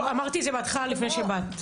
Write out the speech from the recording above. אמרתי את זה בהתחלה לפני שבאת.